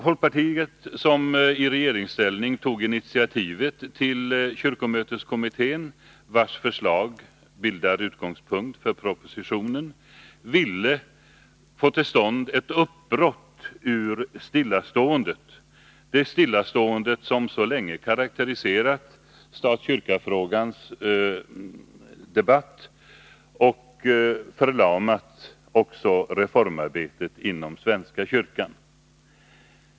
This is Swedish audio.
Folkpartiet, som i regeringsställning tog initiativet till kyrkomötesutredningen — vars förslag bildar utgångspunkten för propositionen — ville få till stånd ett uppbrott ur stillaståendet, det stillastående som så länge karakteriserat debatten i stat-kyrka-frågan och som också förlamat reformarbetet inom svenska kyrkan.